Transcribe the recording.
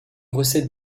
recette